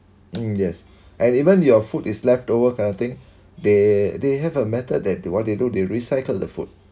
mm yes and even your food is leftover kind of thing they they have a method that what they do they recycle the food